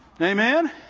amen